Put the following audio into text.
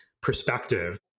perspective